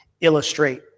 illustrate